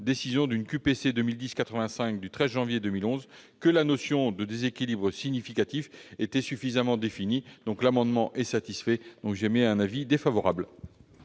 décision QPC 2010-85 du 13 janvier 2011, que la notion de déséquilibre significatif était suffisamment définie. L'amendement étant satisfait, j'émets un avis défavorable.